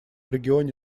регионе